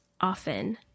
often